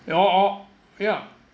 they all all yeah